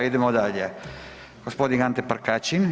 Idemo dalje, gospodin Ante Prkačin.